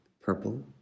purple